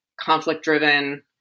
conflict-driven